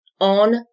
on